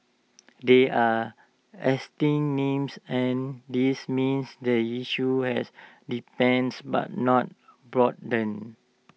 they are existing names and this means the issue has deepens but not broadened